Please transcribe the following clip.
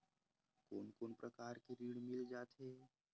कोन कोन प्रकार के ऋण मिल जाथे?